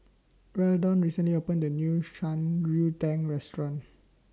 Weldon recently opened A New Shan Rui Tang Restaurant